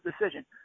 decision